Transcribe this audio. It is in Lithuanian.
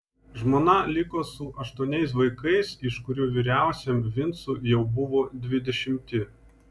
žmona liko su aštuoniais vaikais iš kurių vyriausiajam vincui jau buvo dvidešimti